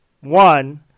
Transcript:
one